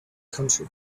country